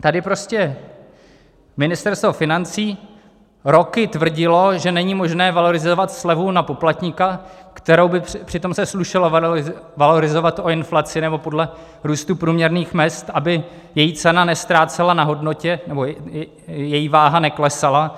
Tady prostě Ministerstvo financí roky tvrdilo, že není možné valorizovat slevu na poplatníka, kterou by se přitom slušelo valorizovat o inflaci nebo podle růstu průměrných mezd, aby její cena neztrácela na hodnotě nebo její váha neklesala.